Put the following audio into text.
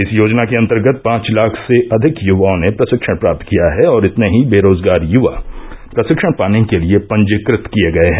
इस योजना के अंतर्गत पांच लाख से अधिक युवाओं ने प्रशिक्षण प्राप्त किया है और इतने ही बेरोजगार युवा प्रशिक्षण पाने के लिए पंजीकृत किए गए हैं